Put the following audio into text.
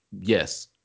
Yes